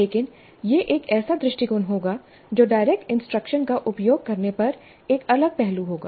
लेकिन यह एक ऐसा दृष्टिकोण होगा जो डायरेक्ट इंस्ट्रक्शन का उपयोग करने पर एक अलग पहलू होगा